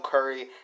Curry